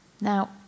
Now